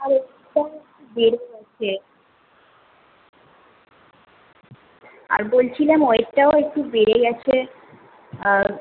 আর ওয়েটটাও বেড়ে গেছে আর বলছিলাম ওয়েটটাও একটু বেড়ে গেছে আর